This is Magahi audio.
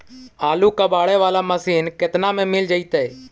आलू कबाड़े बाला मशीन केतना में मिल जइतै?